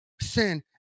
sin